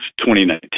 2019